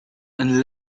een